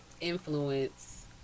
influence